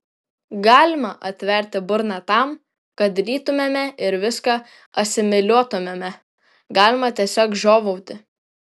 galima atverti burną tam kad rytumėme ir viską asimiliuotumėme galima tiesiog žiovauti